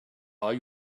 are